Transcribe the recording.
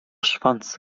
schwanz